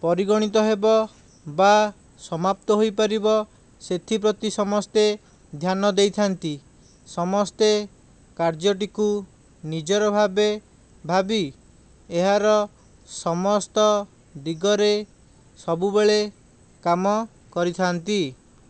ପରିଗଣିତ ହେବ ବା ସମାପ୍ତ ହୋଇପାରିବ ସେଥିପ୍ରତି ସମସ୍ତେ ଧ୍ୟାନ ଦେଇଥାନ୍ତି ସମସ୍ତେ କାର୍ଯ୍ୟଟିକୁ ନିଜର ଭାବେ ଭାବି ଏହାର ସମସ୍ତ ଦିଗରେ ସବୁବେଳେ କାମ କରିଥାନ୍ତି